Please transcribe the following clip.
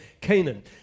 Canaan